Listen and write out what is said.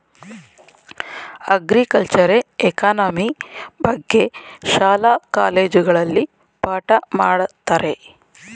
ಅಗ್ರಿಕಲ್ಚರೆ economy ಬಗ್ಗೆ ಶಾಲಾ ಕಾಲೇಜುಗಳಲ್ಲಿ ಪಾಠ ಮಾಡತ್ತರೆ